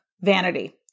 vanity